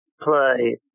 play